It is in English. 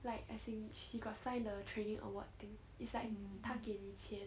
like as in she got sign the trading or what thing it's like target 你切